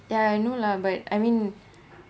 ya I know lah but I mean